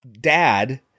Dad